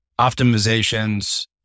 optimizations